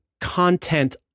content